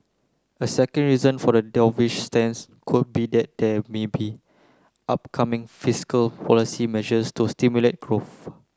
a second reason for the dovish stance could be that there may be upcoming fiscal policy measures to stimulate growth